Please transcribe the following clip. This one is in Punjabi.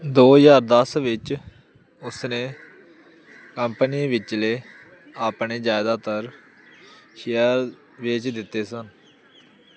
ਦੋ ਹਜ਼ਾਰ ਦਸ ਵਿੱਚ ਉਸ ਨੇ ਕੰਪਨੀ ਵਿਚਲੇ ਆਪਣੇ ਜ਼ਿਆਦਾਤਰ ਸ਼ੇਅਰ ਵੇਚ ਦਿੱਤੇ ਸਨ